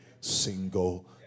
single